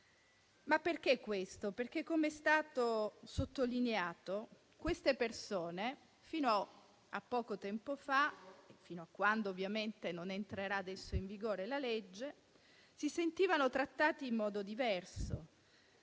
Ma perché questo? Com'è stato sottolineato, queste persone, fino a poco tempo fa e fino a quando ovviamente non entrerà in vigore la legge, si sentivano trattate in modo diverso